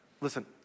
listen